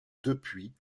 depuis